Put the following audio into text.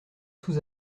sous